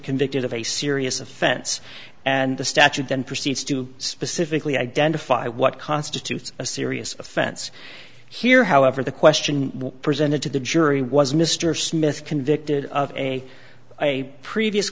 convicted of a serious offense and the statute then proceeds to specifically identify what constitutes a serious offense here however the question presented to the jury was mr smith convicted of a a previous